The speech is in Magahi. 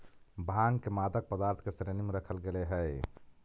भाँग के मादक पदार्थ के श्रेणी में रखल गेले हइ